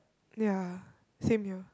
ya same here